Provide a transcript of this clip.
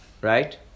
right